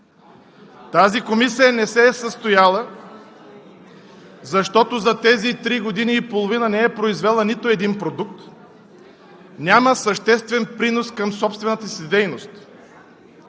Тази комисия не се е състояла, защото за тези три години и половина не е произвела нито един продукт, няма съществен принос към собствената си дейност.